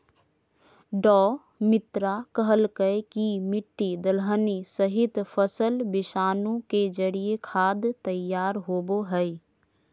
डॉ मित्रा कहलकय कि मिट्टी, दलहनी सहित, फसल विषाणु के जरिए खाद तैयार होबो हइ